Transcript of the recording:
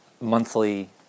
monthly